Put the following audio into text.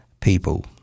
people